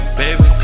baby